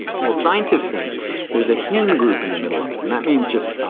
well scientists think there's a heme group in the middle of it. and that means just,